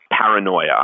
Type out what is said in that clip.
Paranoia